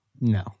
no